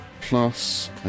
plus